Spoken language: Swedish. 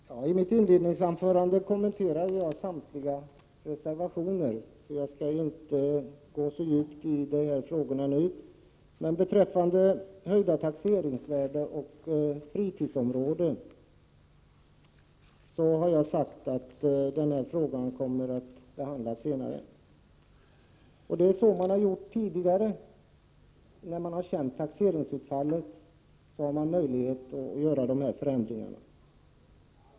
Herr talman! I mitt inledningsanförande kommenterade jag samtliga reservationer, så jag skall inte gå så djupt in i de frågorna nu. Beträffande höjda taxeringsvärden i fritidsområden har jag sagt att frågan kommer att behandlas senare. När taxeringsutfallet blir känt finns det möjligheter att göra förändringar.